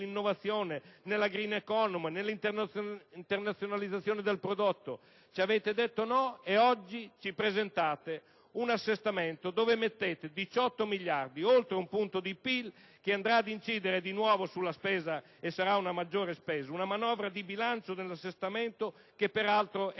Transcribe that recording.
nella *green economy,* nell'internazionalizzazione del prodotto. Ci avete detto di no e oggi ci presentate un assestamento dove mettete 18 miliardi, oltre un punto di PIL che andrà ad incidere di nuovo sulla spesa, che sarà una maggiore spesa. Una manovra di bilancio nell'assestamento che peraltro è un'altra